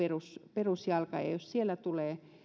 perusjalka ja jos siellä tulee